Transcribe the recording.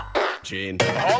Gene